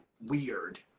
weird